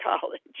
college